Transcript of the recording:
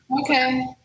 Okay